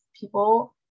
people